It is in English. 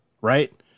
right